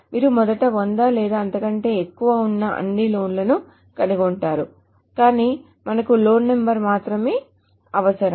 మీరు మొదట 100 లేదా అంతకంటే ఎక్కువ ఉన్న అన్ని లోన్ లను కనుగొంటారు కాని మనకు లోన్ నెంబర్ మాత్రమే అవసరం